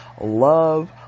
love